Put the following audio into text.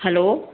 hello